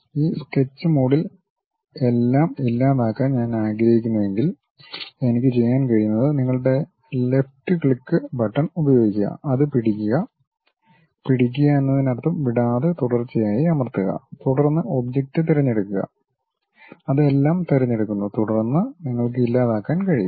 ഈ സ്കെച്ച് മോഡിൽ എല്ലാം ഇല്ലാതാക്കാൻ ഞാൻ ആഗ്രഹിക്കുന്നുവെങ്കിൽ എനിക്ക് ചെയ്യാൻ കഴിയുന്നത് നിങ്ങളുടെ ലെഫ്റ്റ് ക്ലിക്ക് ബട്ടൺ ഉപയോഗിക്കുക അത് പിടിക്കുക പിടിക്കുക എന്നതിനർത്ഥം വിടാതെ തുടർച്ചയായി അമർത്തുക തുടർന്ന് ഒബ്ജക്റ്റ് തിരഞ്ഞെടുക്കുക അത് എല്ലാം തിരഞ്ഞെടുക്കുന്നു തുടർന്ന് നിങ്ങൾക്ക് ഇല്ലാതാക്കാൻ കഴിയും